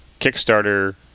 Kickstarter